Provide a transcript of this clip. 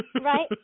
Right